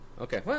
Okay